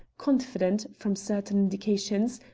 confident, from certain indications,